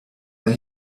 that